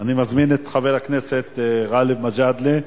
אני מזמין את חבר הכנסת גאלב מג'אדלה.